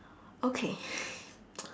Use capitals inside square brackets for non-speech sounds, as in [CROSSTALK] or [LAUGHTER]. okay [NOISE]